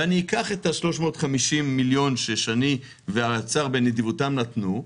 ואקח את 350 המיליון ששני והשר בנדיבותם נתנו,